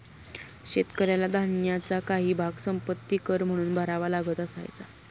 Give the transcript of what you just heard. शेतकऱ्याला धान्याचा काही भाग संपत्ति कर म्हणून भरावा लागत असायचा